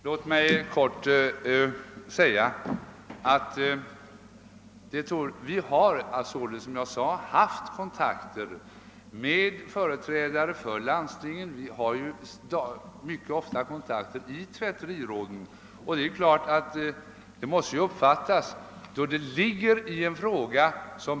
Som jag sade i mitt anförande har fabriksverken haft kontakter med företrädare för landstingen. Tvätteriråden har fått kontinuerlig information.